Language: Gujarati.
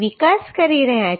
વિકાસ કરી રહ્યા છે